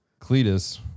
Cletus